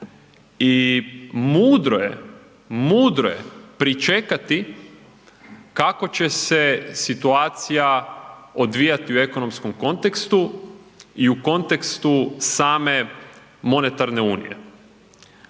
i mudro je, mudro je pričekati kako će se situacija odvijati u ekonomskom kontekstu i u kontekstu same monetarne unije.